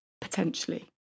potentially